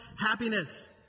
happiness